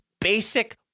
basic